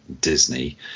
disney